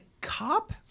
cop